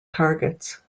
targets